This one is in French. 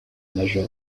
major